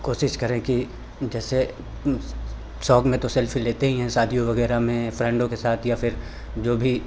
कोशिश करें कि जैसे शौक में तो सेल्फ़ी लेते ही हैं शादियों वगैरह में फ़्रेंन्डों के साथ या फिर जो भी